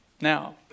Now